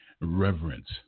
Reverence